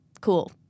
Cool